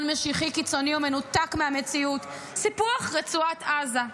משיחי קיצוני ומנותק מהמציאות: סיפוח רצועת עזה.